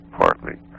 partly